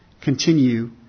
continue